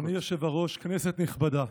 אדוני היושב-ראש, כנסת נכבדה,